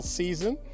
season